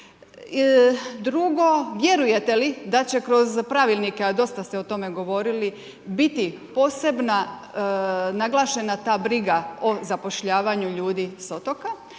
Drugo, vjerujete li da će kroz pravilnike a dosta ste o tome govorili biti posebna naglašena ta briga o zapošljavanju ljudi s otoka?